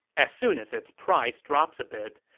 as soon as its price drops a bit,